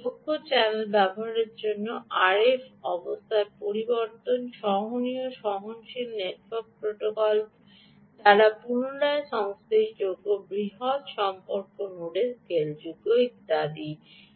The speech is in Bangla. দক্ষ চ্যানেল ব্যবহারের জন্য আরএফ অবস্থার পরিবর্তন সহনীয় সহনশীল নেটওয়ার্ক প্রোটোকল দ্বারা পুনরায় সংশ্লেষযোগ্য বৃহত সংখ্যক নোডে স্কেলযোগ্য ইত্যাদি